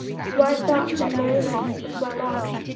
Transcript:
so i thought that merrylegs was well off.